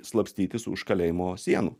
slapstytis už kalėjimo sienų